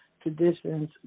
traditions